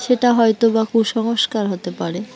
সেটা হয়তো বা কুসংস্কার হতে পারে